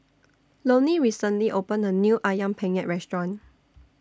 Lonny recently opened A New Ayam Penyet Restaurant